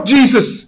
Jesus